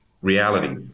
reality